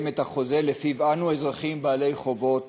את החוזה שלפיו אנו אזרחים בעלי חובות